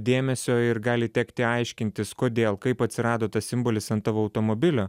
dėmesio ir gali tekti aiškintis kodėl kaip atsirado tas simbolis ant tavo automobilio